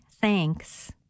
thanks